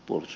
bulls